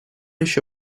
ещё